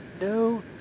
no